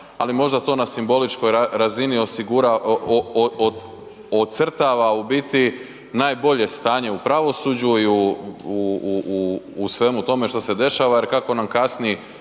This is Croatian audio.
ali možda to na simboličkoj razini osigura, ocrtava u biti najbolje stanje u pravosuđu i u svemu tome što se dešava jer kako nam kasni